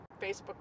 Facebook